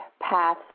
path